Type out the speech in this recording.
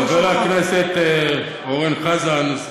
חבר הכנסת יואל חסון.